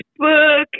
Facebook